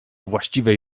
właściwej